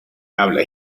habla